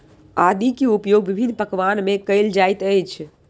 आदी के उपयोग विभिन्न पकवान में कएल जाइत अछि